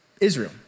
Israel